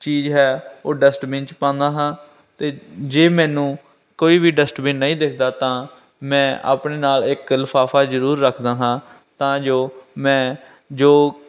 ਚੀਜ਼ ਹੈ ਉਹ ਡਸਟਬੀਨ 'ਚ ਪਾਉਦਾ ਹਾਂ ਅਤੇ ਜੇ ਮੈਨੂੰ ਕੋਈ ਵੀ ਡਸਟਬਿਨ ਨਹੀਂ ਦਿਖਦਾ ਤਾਂ ਮੈਂ ਆਪਣੇ ਨਾਲ ਇੱਕ ਲਿਫਾਫਾ ਜ਼ਰੂਰ ਰੱਖਦਾ ਹਾਂ ਤਾਂ ਜੋ ਮੈਂ ਜੋ